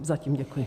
Zatím děkuji.